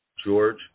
George